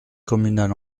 communale